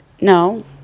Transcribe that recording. No